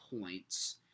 points